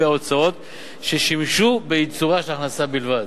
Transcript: ההוצאות ששימשו בייצורה של ההכנסה בלבד,